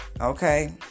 Okay